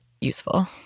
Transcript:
useful